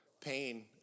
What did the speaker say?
pain